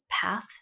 path